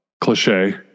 cliche